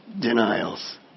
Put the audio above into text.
denials